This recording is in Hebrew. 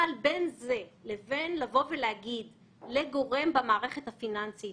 בין זה לבין לבוא ולהגיד לגורם במערכת הפיננסית